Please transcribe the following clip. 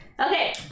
Okay